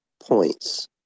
Points